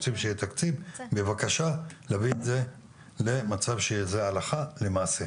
רוצים שיהיה תקציב ובבקשה להביא את זה למצב של הלכה למעשה,